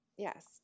Yes